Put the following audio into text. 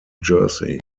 jersey